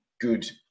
good